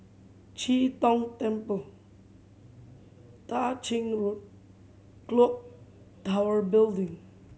Chee Tong Temple Tah Ching Road Clock Tower Building